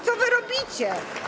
Co wy robicie?